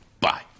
Bye